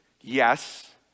Yes